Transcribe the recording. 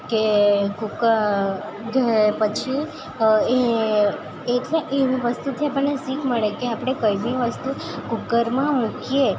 કે જે પછી એ એટલે એવી વસ્તુથી આપણને શીખ મળે કે આપણે કંઇ બી વસ્તુ કૂકરમાં મૂકીએ